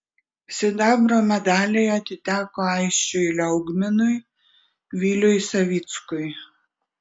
sidabro medaliai atiteko aisčiui liaugminui viliui savickui